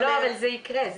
זה יקרה.